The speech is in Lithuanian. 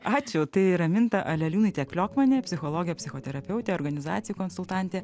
ačiū tai raminta aleliūnaitė kliokmanė psichologė psichoterapeutė organizacijų konsultantė